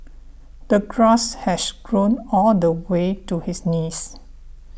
the grass has grown all the way to his knees